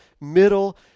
middle